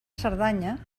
cerdanya